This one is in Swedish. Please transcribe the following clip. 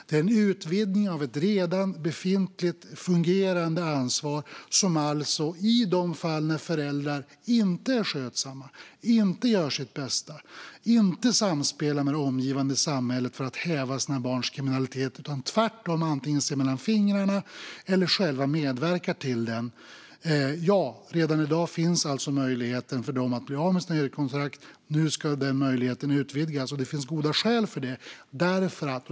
Detta är en utvidgning av ett befintligt, fungerande ansvar som alltså ska gälla i de fall där föräldrar inte är skötsamma, inte gör sitt bästa och inte samspelar med det omgivande samhället för att häva sina barns kriminalitet utan tvärtom antingen ser mellan fingrarna eller själva medverkar till den. Redan i dag finns alltså möjligheten att säga upp deras hyreskontrakt. Nu ska den möjligheten utvidgas, och det finns goda skäl till det.